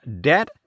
debt